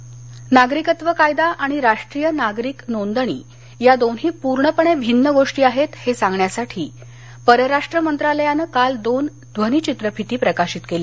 परराष्ट मंत्रालय नागरिकत्व कायदा आणि राष्ट्रीय नागरिक नोंदणी या दोन्ही पूर्णपणे भिन्न गोष्टी आहेत हे सांगण्यासाठी परराष्ट्र मंत्रालयानं काल दोन ध्वनीचित्रफिती प्रकाशित केल्या